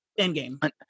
Endgame